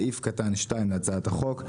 בסעיף קטן (2) להצעת החוק,